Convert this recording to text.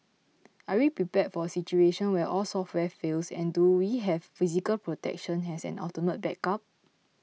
are we prepared for a situation where all software fails and do we have physical protection as an ultimate backup